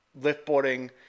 liftboarding